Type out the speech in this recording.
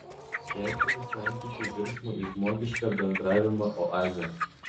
prekinių santykių virsmo į žmogišką bendravimą oazė